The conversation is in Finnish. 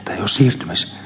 tosin myös